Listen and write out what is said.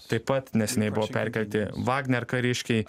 taip pat neseniai buvo perkelti vagner kariškiai